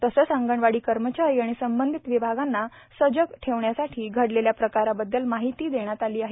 तसंच अंगणवाडी कर्मचारी आणि संबंधित विभागांना सजग ठेवण्यासाठी घडलेल्या प्रकाराबद्दल माहिती देण्यात आली आहे